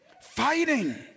Fighting